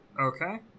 Okay